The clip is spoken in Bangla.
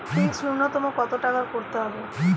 ফিক্সড নুন্যতম কত টাকা করতে হবে?